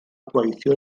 gweithio